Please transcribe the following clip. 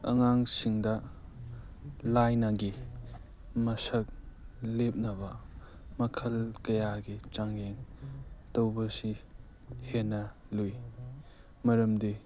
ꯑꯉꯥꯡꯁꯤꯡꯗ ꯂꯥꯏꯅꯥꯒꯤ ꯃꯁꯛ ꯂꯦꯞꯅꯕ ꯃꯈꯜ ꯀꯌꯥꯒꯤ ꯆꯥꯡꯌꯦꯡ ꯇꯧꯕꯁꯤ ꯍꯦꯟꯅ ꯂꯨꯏ ꯃꯔꯝꯗꯤ